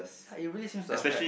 but it really seems to affect